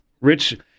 Rich